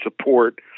support